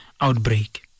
outbreak